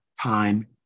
time